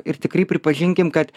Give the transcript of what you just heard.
ir tikrai pripažinkim kad